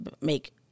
make